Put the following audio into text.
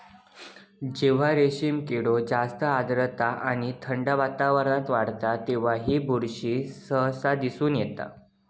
जेव्हा रेशीम किडे जास्त आर्द्रता आणि थंड वातावरणात वाढतत तेव्हा ही बुरशी सहसा दिसून येता